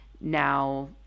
now